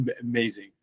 amazing